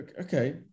Okay